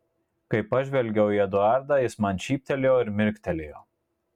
kai pažvelgiau į eduardą jis man šyptelėjo ir mirktelėjo